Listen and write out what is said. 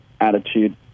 attitude